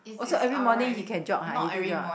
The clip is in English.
oh so every morning he can jog ah he do jog ah